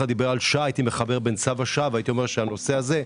הנושא הזה.